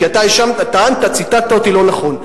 כי אתה ציטטת אותי לא נכון,